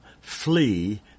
Flee